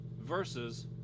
versus